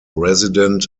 resident